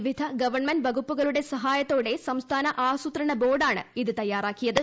വിവിധ ഗവൺമെന്റ് വകുപ്പുകളുടെ സഹായത്തോടെ സംസ്ഥാന ആസൂത്രണ ബോർഡാണ് ഇത് തയാറാക്കിയത്